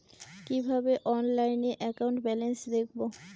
কিভাবে অনলাইনে account balance দেখবো?